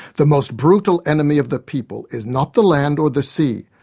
the most brutal enemy of the people is not the land or the sea,